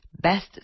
best